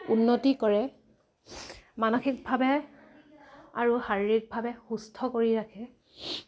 উন্নতি কৰে মানসিকভাৱে আৰু শাৰীৰিকভাৱে সুস্থ কৰি ৰাখে